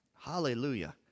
Hallelujah